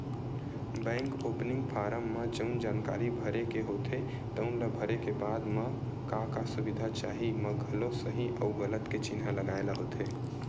bank opening form म जउन जानकारी भरे के होथे तउन ल भरे के बाद म का का सुबिधा चाही म घलो सहीं अउ गलत के चिन्हा लगाए ल होथे